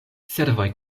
servoj